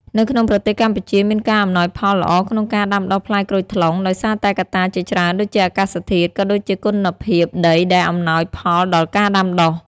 នៅក្នុងប្រទេសកម្ពុជាមានការអំណោយផលល្អក្នុងការដាំដុះផ្លែក្រូចថ្លុង ដោយសារតែកត្តាជាច្រើនដូចជាអាកាសធាតុ ក៏ដូចជាគុណភាពដីដែលអំណោយផលដល់ការដាំដុះ។